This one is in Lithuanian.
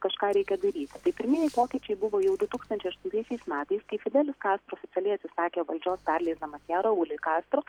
kažką reikia daryt tai pirmieji pokyčiai buvo jau du tūkstančiai aštuntaisiais metais kai fidelis kastro oficialiai atsisakė valdžios perleisdamas ją rauliui kastro